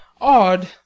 odd